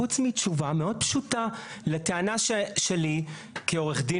חוץ מתשובה מאוד פשוטה לטענה שלי כעורך דין